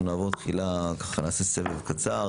אנחנו נעבור תחילה, ככה נעשה סבב קצר.